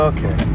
Okay